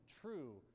true